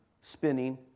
spinning